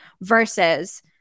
versus